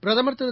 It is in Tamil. பிரதமர் திரு